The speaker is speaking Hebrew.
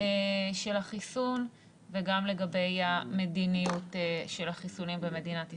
של החיסון וגם לגבי המדיניות של החיסונים במדינת ישראל.